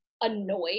annoyed